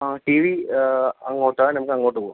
ആ T V അങ്ങോട്ടാണ് നമ്മൾക്ക് അങ്ങോട്ട് പോവാം